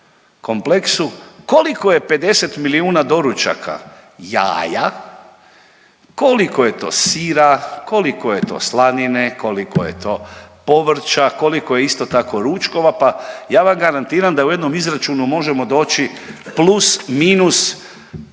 kompleksu koliko je 50 milijuna doručaka jaja, koliko je to sira, koliko je to slanine, koliko je to povrća, koliko je isto tako ručkova pa ja vam garantiram da u jednom izračunu možemo doći plus minus